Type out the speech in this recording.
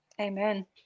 amen